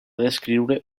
descriure